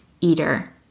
eater